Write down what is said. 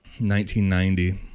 1990